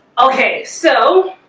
okay, so